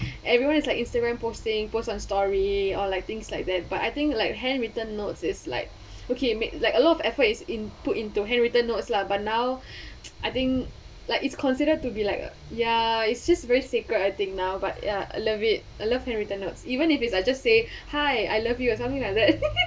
everyone is like Instagram posting post on story or like things like that but I think like handwritten notes is like okay make like a lot of effort is input into handwritten notes lah but now I think like it's considered to be like ya it's just very sacred I think now but ya I love it I love handwritten notes even if is I just say hi I love you or something like that